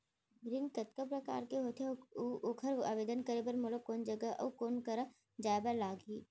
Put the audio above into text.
ऋण कतका प्रकार के होथे अऊ ओखर आवेदन करे बर मोला कोन जगह अऊ कोन करा जाए बर लागही?